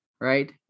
right